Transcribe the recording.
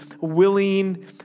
willing